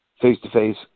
face-to-face